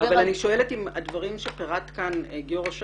אבל אני שואלת אם הדברים שפירט כאן גיורא שחם,